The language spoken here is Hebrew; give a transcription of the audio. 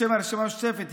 בשם הרשימה המשותפת,